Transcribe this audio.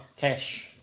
cash